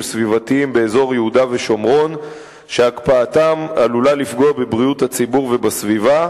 סביבתיים באזור יהודה ושומרון שהקפאתם עלולה לפגוע בבריאות הציבור ובסביבה,